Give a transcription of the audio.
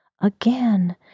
Again